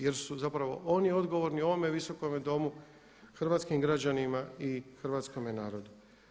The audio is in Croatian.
Jer su zapravo oni odgovorni ovome visokome domu, hrvatskim građanima i hrvatskome narodu.